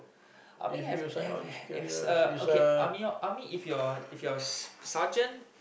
army have have hav~ is uh okay army o~ army if you're if you're sergeant